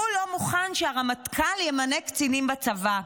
הוא לא מוכן שהרמטכ"ל ימנה קצינים בצבא,